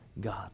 God